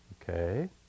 Okay